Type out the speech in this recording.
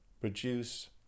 produce